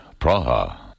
Praha